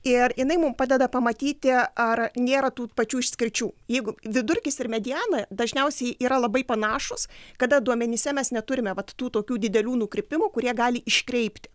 ir jinai mum padeda pamatyti ar nėra tų pačių išskirčių jeigu vidurkis ir mediana dažniausiai yra labai panašūs kada duomenyse mes neturime vat tų tokių didelių nukrypimų kurie gali iškreipti